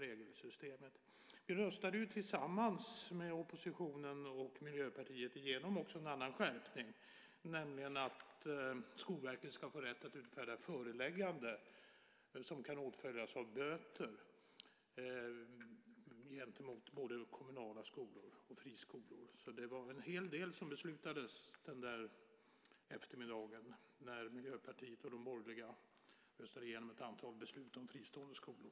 Vi i oppositionen röstade ju tillsammans med Miljöpartiet igenom en annan skärpning, nämligen att Skolverket ska få rätt att utfärda ett föreläggande som kan åtföljas av böter gentemot både kommunala skolor och friskolor. Så det var en hel del som beslutades den där eftermiddagen när Miljöpartiet och de borgerliga röstade igenom ett antal beslut om fristående skolor.